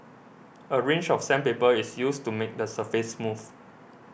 a range of sandpaper is used to make the surface smooth